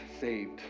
saved